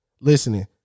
listening